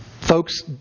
folks